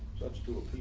such to